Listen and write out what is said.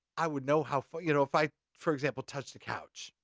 i would know how far, you know if i, for example, touch the couch